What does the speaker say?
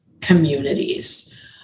communities